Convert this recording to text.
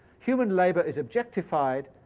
human labour is objectified,